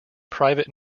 private